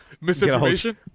Misinformation